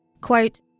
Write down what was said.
Quote